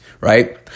right